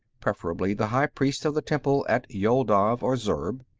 preferably the high priest of the temple at yoldav or zurb.